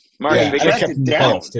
Martin